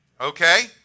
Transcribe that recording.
Okay